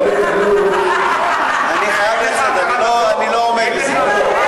לא יתקבלו, אני חייב לצאת, אני לא עומד בזה.